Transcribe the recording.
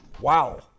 Wow